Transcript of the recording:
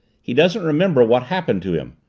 he doesn't remember what happened to him.